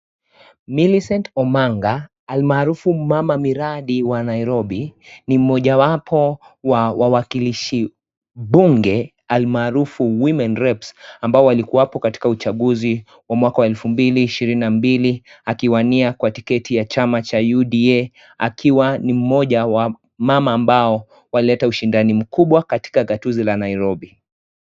Millicent Omanga almaarufu mama miradi wa Nairobi ni mmoja wapo wa wakilishi bunge almaarufu women rep ambao walikuwapo katika uchaguzi wa mwaka wa 2022 akiwania kwa tiketi ya chama cha UDA akiwa ni mmoja wa mama ambao walileta ushindani mkubwa sana katika gatuzi la Nairobi.